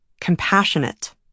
compassionate